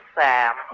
Sam